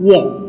Yes